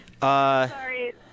Sorry